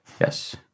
yes